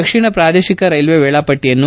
ದಕ್ಷಿಣ ಪ್ರಾದೇಶಿಕ ರೈಲ್ವೆ ವೇಳಾಪಟ್ಟಿಯನ್ನು